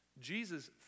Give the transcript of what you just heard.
Jesus